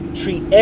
treat